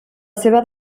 seva